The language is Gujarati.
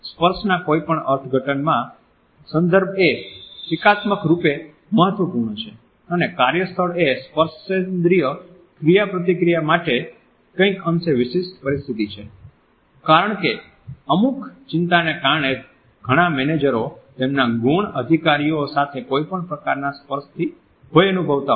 સ્પર્શના કોઈપણ અર્થઘટનમાં સંદર્ભએ ટીકાત્મકરૂપે મહત્વપૂર્ણ છે અને કાર્યસ્થળ એ સ્પર્શેન્દ્રિય ક્રિયાપ્રતિક્રિયા માટે કંઈક અંશે વિશિષ્ટ પરિસ્થિતિ છે કારણ કે અમુક ચિંતાને કારણે ઘણા મેનેજરો તેમના ગૌણ અધિકારીઓ સાથે કોઈપણ પ્રકારના સ્પર્શથી ભય અનુભવતા હોય છે